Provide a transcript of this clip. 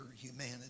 humanity